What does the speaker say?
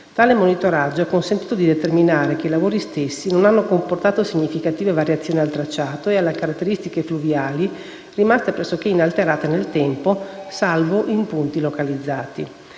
Tale monitoraggio ha consentito di determinare che i lavori stessi non hanno comportato significative variazioni al tracciato e alle caratteristiche fluviali, rimaste pressoché inalterate nel tempo, salvo in punti localizzati.